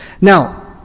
Now